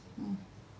mm